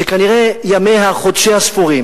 שכנראה ימיה-חודשיה ספורים.